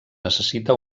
necessita